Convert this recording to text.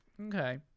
Okay